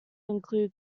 include